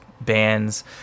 bands